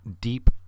deep